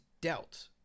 dealt